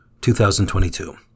2022